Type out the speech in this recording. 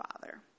father